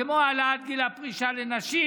כמו העלאת גיל הפרישה לנשים,